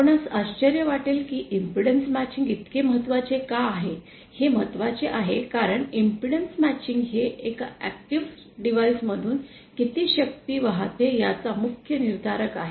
आपणास आश्चर्य वाटेल की इम्पेडन्स मॅचिंग इतके महत्त्वाचे का आहे हे महत्त्वाचे आहे कारण इम्पेडन्स मॅचिंग हे एका ऐक्टिव डिव्हाइस मधून किती शक्ती वाहते याचा मुख्य निर्धारक आहे